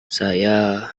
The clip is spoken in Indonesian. saya